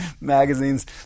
magazines